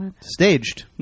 staged